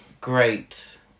great